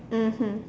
mmhmm